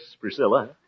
Priscilla